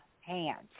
hands